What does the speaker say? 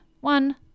One